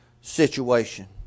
situation